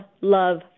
love